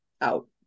out